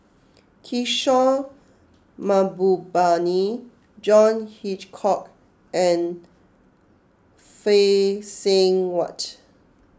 Kishore Mahbubani John Hitchcock and Phay Seng Whatt